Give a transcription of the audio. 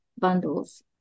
bundles